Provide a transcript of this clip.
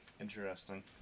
Interesting